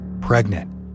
pregnant